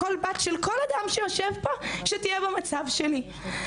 לכל בת של כל אדם שיושב פה שתהיה במצב שלי.